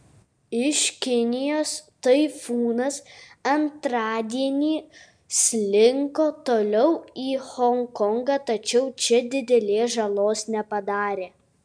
iš kinijos taifūnas antradienį slinko toliau į honkongą tačiau čia didelės žalos nepadarė